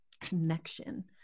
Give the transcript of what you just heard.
connection